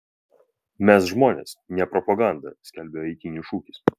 mes žmonės ne propaganda skelbia eitynių šūkis